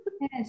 yes